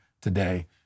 today